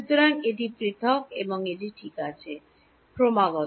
সুতরাং এটি পৃথক এবং এটি ঠিক আছে ক্রমাগত